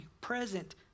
present